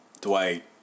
Dwight